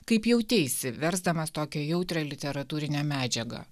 kaip jauteisi versdamas tokią jautrią literatūrinę medžiagą